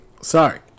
Sorry